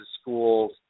schools